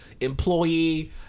employee